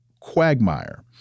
quagmire